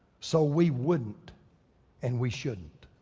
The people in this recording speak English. so we wouldn't and we shouldn't.